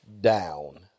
down